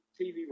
TV